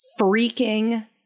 freaking